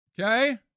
Okay